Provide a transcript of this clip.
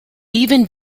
even